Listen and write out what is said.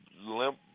limp